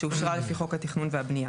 שאושרה לפי חוק התכנון והבנייה,